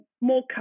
more